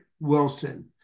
Wilson